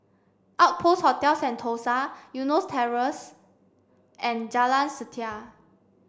Outpost Hotel Sentosa Eunos Terrace and Jalan Setia